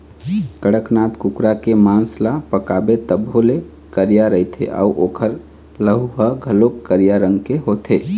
कड़कनाथ कुकरा के मांस ल पकाबे तभो ले करिया रहिथे अउ ओखर लहू ह घलोक करिया रंग के होथे